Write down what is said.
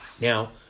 Now